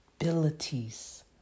abilities